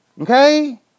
Okay